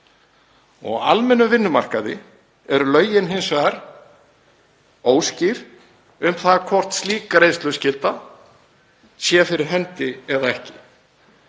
Á almennum vinnumarkaði eru lögin hins vegar óskýr um það hvort slík greiðsluskylda sé fyrir hendi eða ekki.